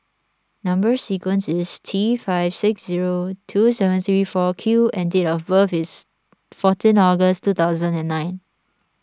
Number Sequence is T five six zero two seven three four Q and date of birth is fourteen August two thousand and nine